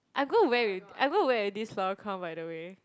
I'm going to wear with I'm going to wear with this floral crown by the way